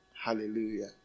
Hallelujah